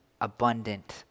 abundant